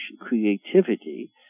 creativity